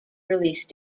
release